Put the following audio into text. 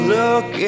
look